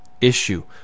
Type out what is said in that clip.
issue